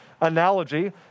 analogy